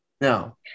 No